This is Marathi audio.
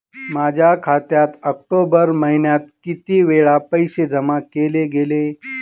माझ्या खात्यात ऑक्टोबर महिन्यात किती वेळा पैसे जमा केले गेले?